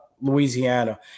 Louisiana